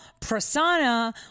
Prasanna